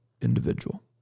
individual